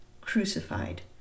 crucified